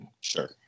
Sure